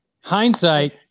Hindsight